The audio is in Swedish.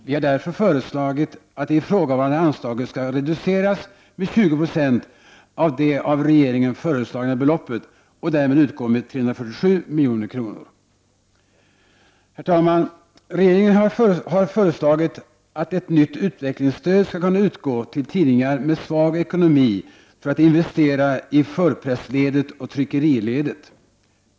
Vi har därför föreslagit att det ifrågavarande anslaget skall reduceras med 20 96 av det av regeringen föreslagna beloppet och därmed utgå med 347 milj.kr. Herr talman! Regeringen har föreslagit att ett nytt utvecklingsstöd skall kunna utgå till tidningar med svag ekonomi för att investera i förpressledet och tryckeriledet.